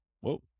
Whoa